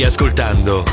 Ascoltando